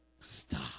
stop